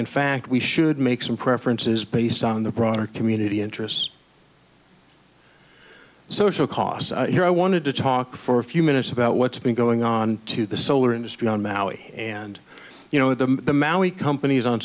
in fact we should make some preferences based on the broader community interests social costs here i wanted to talk for a few minutes about what's been going on to the solar industry on maui and you know at the maui companies on